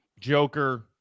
Joker